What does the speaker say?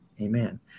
Amen